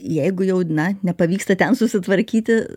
jeigu jau na nepavyksta ten susitvarkyti